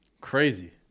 crazy